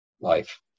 life